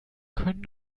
können